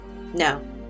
no